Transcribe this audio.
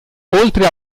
oltre